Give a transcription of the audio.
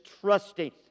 trusting